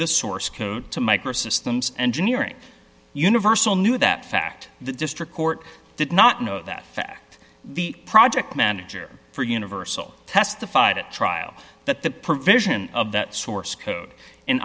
the source code to microsystems engineering universal knew that fact the district court did not know that fact the project manager for universal testified at trial that the provision of that source code in